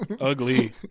Ugly